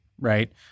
right